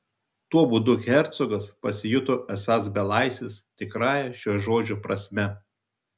tuo būdu hercogas pasijuto esąs belaisvis tikrąja šio žodžio prasme